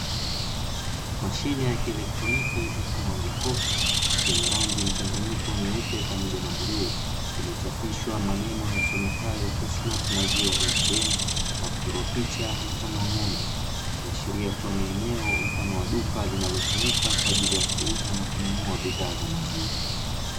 Mashine ya kielektroniki mfano wa jokofu, yenye rangi mchanganyiko nyeupe pamoja na bluu, iliyochapishwa maneno yasomekayo "TISMAT MAZIWA ATM" na kuchorwa picha mfano wa ng’ombe. Ikiashiria kuwa ni eneo mfano wa duka linalotumika kwa ajili ya kuuza na kununua bidhaa za maziwa.